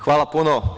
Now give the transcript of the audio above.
Hvala puno.